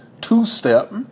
two-step